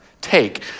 take